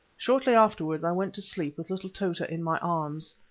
shortly afterwards i went to sleep with little tota in my arms.